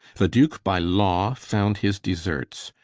the duke by law found his deserts.